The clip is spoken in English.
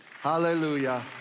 Hallelujah